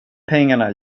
pengarna